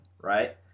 right